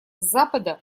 запада